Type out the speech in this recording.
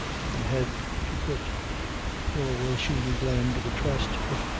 from head to foot nor will she be blamed, we trust, if,